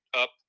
up